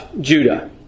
Judah